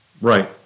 Right